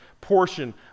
portion